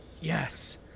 Yes